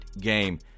game